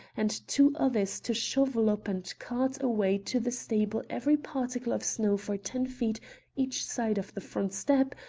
and two others to shovel up and cart away to the stable every particle of snow for ten feet each side of the front step,